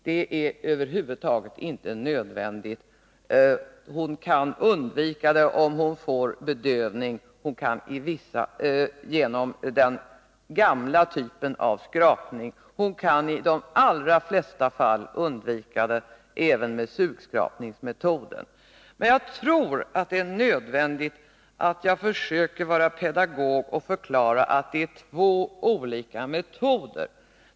Det är över huvud taget inte nödvändigt — hon kan undvika det om hon får bedövning vid den gamla typen av skrapning, och hon kan i de allra flesta fall undvika det även med sugskrapningsmetoden. Men jag tror att det är nödvändigt att jag försöker vara pedagog och förklara att det är två olika metoder.